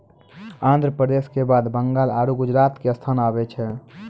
आन्ध्र प्रदेश के बाद बंगाल आरु गुजरात के स्थान आबै छै